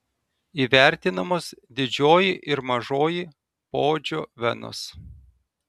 įvertinamos didžioji ir mažoji poodžio venos